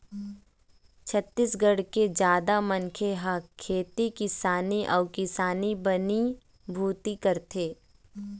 छत्तीसगढ़ के जादा मनखे ह खेती किसानी अउ किसानी बनी भूथी करथे